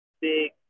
big